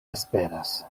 esperas